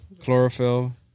Chlorophyll